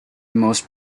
most